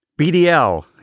BDL